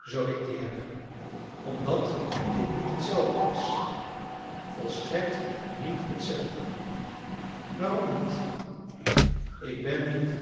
zoo ik die heb omdat dit niet hetzelfde is volstrekt niet hetzelfde waarom niet ik ben niet